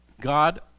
God